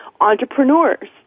Entrepreneurs